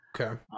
Okay